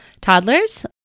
toddlers